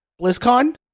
BlizzCon